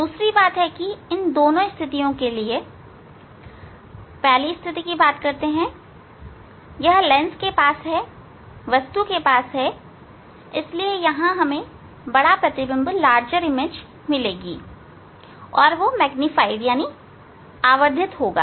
दूसरी बात है कि इन दोनों स्थितियों के लिए पहली स्थिति यह लेंस के पास वस्तु के पास है इसलिए यहां हमें बड़ा प्रतिबिंब मिलेगा